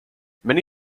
many